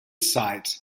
sight